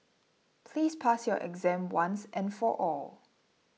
please pass your exam once and for all